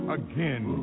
again